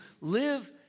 live